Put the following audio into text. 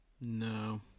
no